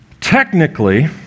technically